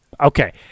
okay